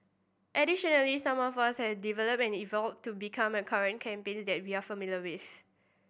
additionally some have also developed and evolved to become the current campaign that we are familiar with